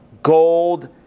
Gold